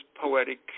poetic